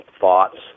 thoughts